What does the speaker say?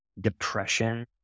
depression